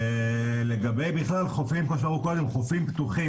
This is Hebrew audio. חופים פתוחים.